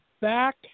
back